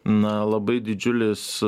na labai didžiulis